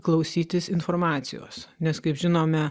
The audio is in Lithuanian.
klausytis informacijos nes kaip žinome